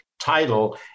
title